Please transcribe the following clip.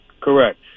Correct